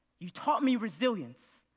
you taught me resilience.